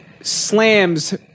slams